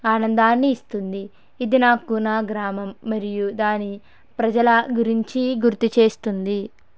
ఆనందాన్ని ఇస్తుంది ఇది నాకు నా గ్రామం మరియు దాని ప్రజల గురించి గుర్తు చేస్తుంది